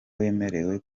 wemerewe